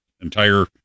entire